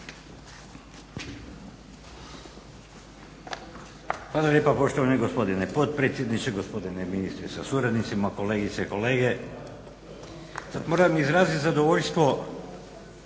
Hvala lijepa poštovani gospodine potpredsjedniče, gospodine ministre sa suradnicima, kolegice i kolege. Moram izraziti zadovoljstvo